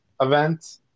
event